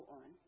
on